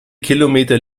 kilometer